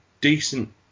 decent